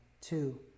two